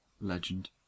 legend